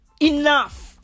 Enough